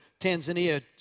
Tanzania